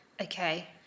Okay